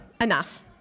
enough